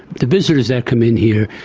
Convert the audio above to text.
the visitors that come in here,